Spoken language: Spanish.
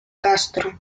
castro